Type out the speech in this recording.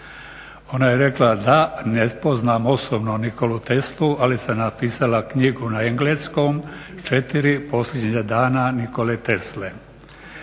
Ona je rekla da ne poznam osobno Nikolu Teslu, ali sam napisala knjigu na engleskom "Četiri posljednja dana Nikole Tesle".